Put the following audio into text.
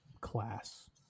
class